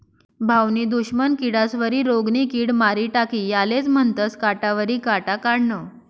भाऊनी दुश्मन किडास्वरी रोगनी किड मारी टाकी यालेज म्हनतंस काटावरी काटा काढनं